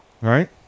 right